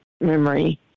memory